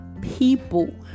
people